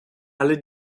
alle